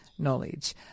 knowledge